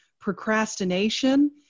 procrastination